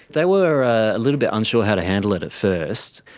they were a little bit unsure how to handle it at first,